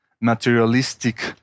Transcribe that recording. materialistic